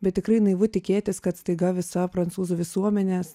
bet tikrai naivu tikėtis kad staiga visa prancūzų visuomenės